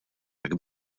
tak